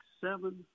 seven